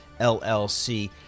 LLC